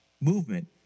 movement